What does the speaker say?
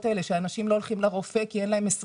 האלה על אנשים שלא הולכים לרופא כי אין להם 20